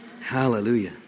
Hallelujah